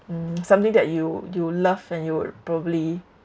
mm something that you you love and you would probably